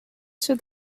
should